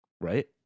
right